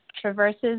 traverses